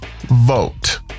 vote